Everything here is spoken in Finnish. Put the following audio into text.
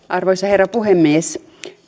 arvoisa herra puhemies